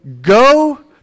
go